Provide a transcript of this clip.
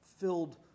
Filled